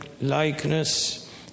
likeness